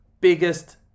biggest